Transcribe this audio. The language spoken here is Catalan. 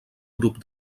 grup